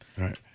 Right